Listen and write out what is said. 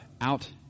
out